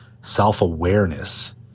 Self-awareness